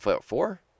Four